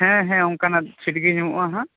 ᱦᱮᱸ ᱦᱮᱸ ᱚᱱᱠᱟᱱᱟᱜ ᱪᱷᱤᱴ ᱜᱮ ᱧᱟᱢᱚᱜ ᱟ ᱦᱟᱸᱜ